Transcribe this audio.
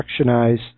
productionize